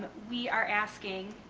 we are asking,